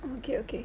okay okay